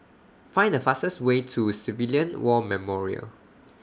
Find The fastest Way to Civilian War Memorial